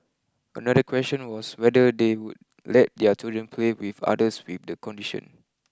another question was whether they would let their children play with others with the condition